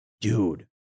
Dude